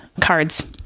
cards